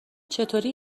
چطوری